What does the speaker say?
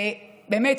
באמת,